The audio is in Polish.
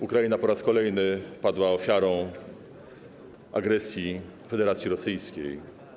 Ukraina po raz kolejny padła ofiarą agresji Federacji Rosyjskiej.